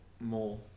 more